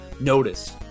notice